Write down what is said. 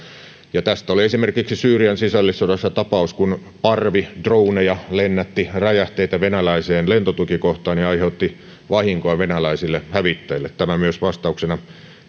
tästä oli esimerkiksi syyrian sisällissodassa tapaus kun parvi droneja lennätti räjähteitä venäläiseen lentotukikohtaan ja aiheutti vahinkoa venäläisille hävittäjille tämä myös vastauksena